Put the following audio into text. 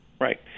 Right